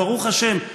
ברוך השם,